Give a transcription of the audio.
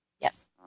Yes